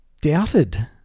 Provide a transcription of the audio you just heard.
doubted